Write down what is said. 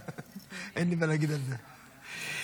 אתמול הגיע אליי עיתון חדש,